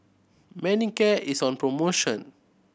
Manicare is on promotion